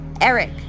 Eric